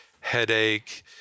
Headache